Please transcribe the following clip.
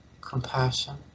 compassion